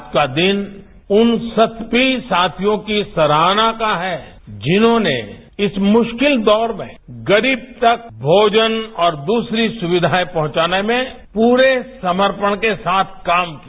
आज का दिन उन सभी साथियों की सराहना का है जिन्होंने इस मुश्किल दौर में गरीब तक भोजन और दूसरी सुविधाएं पहुंचाने में पूरे समर्पण के साथ काम किया